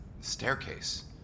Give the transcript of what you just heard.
Staircase